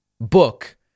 book